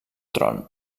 tron